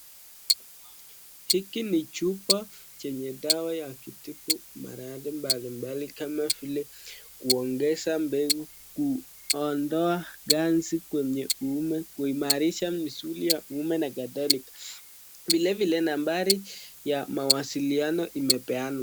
Hiki ni chupa chenye dawa ya kutibu maradhi mbalimbali kama vile kuongeza mbegu, kuondoa ganzi kwenye uume, kuimarisha misuli ya ume na kadhalika. Vilevile nambari ya mawasiliano imepeanwa.